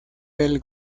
del